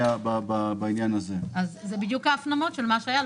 זה בדיוק ההפנמות של מה שהיה.